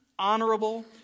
Honorable